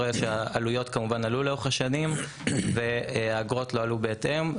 העלויות כמובן עלו לאורך השנים והאגרות לא עלו בהתאם.